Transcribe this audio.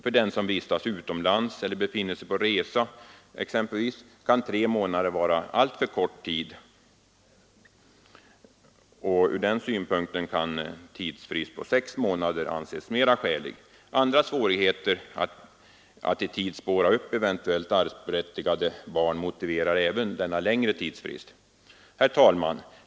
För den som vistas utomlands eller befinner sig på resa kan tre månader vara en alltför kort tid, och ur den synpunkten kan en frist på sex månader anses mer skälig. Andra svårigheter att i tid spåra upp eventuella arvsberättigade barn motiverar även denna längre tidsfrist. Herr talman!